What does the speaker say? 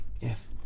Yes